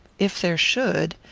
if there should,